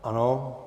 Ano.